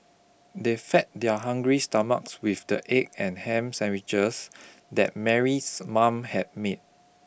they fed their hungry stomachs with the egg and ham sandwiches that Mary's mom had made